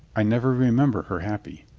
i never remember her happy.